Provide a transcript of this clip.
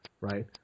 right